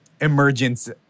emergence